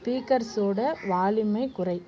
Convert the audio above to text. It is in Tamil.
ஸ்பீக்கர்ஸோட வால்யூமைக் குறை